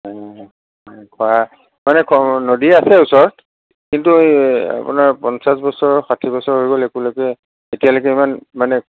হয় খোৱা মানে নদী আছে ওচৰত কিন্তু এই আপোনাৰ পঞ্চাছ বছৰ ষাঠি বছৰ হৈ গ'ল এতিয়ালৈকে ইমান মানে